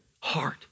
heart